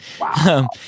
Wow